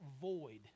void